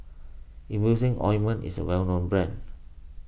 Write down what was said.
Emulsying Ointment is a well known brand